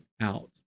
out